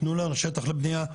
תנו לנו שטח לבנייה,